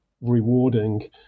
rewarding